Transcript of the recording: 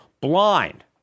blind